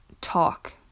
talk